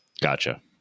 Gotcha